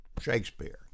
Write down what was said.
Shakespeare